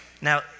Now